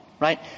right